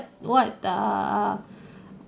what err